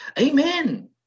amen